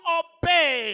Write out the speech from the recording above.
obey